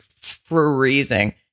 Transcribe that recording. freezing